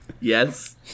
Yes